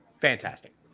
Fantastic